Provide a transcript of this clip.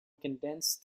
condensed